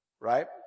Right